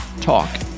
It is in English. talk